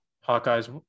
Hawkeye's